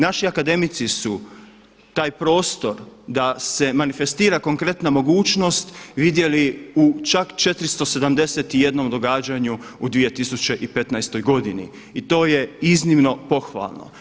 Naši akademici su taj prostor da se manifestira konkretna mogućnost vidjeli u čak 471 događanju u 2015. godini i to je iznimno pohvalno.